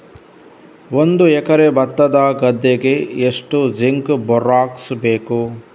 ಒಂದು ಎಕರೆ ಭತ್ತದ ಗದ್ದೆಗೆ ಎಷ್ಟು ಜಿಂಕ್ ಬೋರೆಕ್ಸ್ ಬೇಕು?